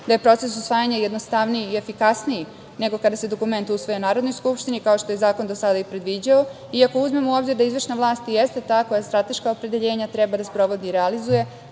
da je proces usvajanja jednostavniji i efikasniji nego kada se dokument usvaja u Narodnoj skupštini, kao što je zakon do sada i predviđao i ako uzmemo u obzir da izvršna vlast jeste ta koja strateška opredeljenja treba da sprovodi i realizuje,